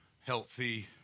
Healthy